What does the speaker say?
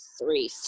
three